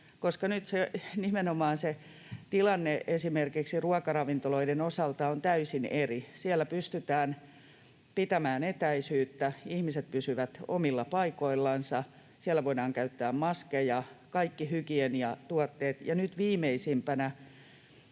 esimerkiksi ruokaravintoloiden osalta on täysin eri: siellä pystytään pitämään etäisyyttä, ihmiset pysyvät omilla paikoillansa, siellä voidaan käyttää maskeja, on kaikki hygieniatuotteet. Ja nyt viimeisimpänä